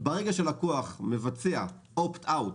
שברגע שלקוח מבצע אופט-אאוט,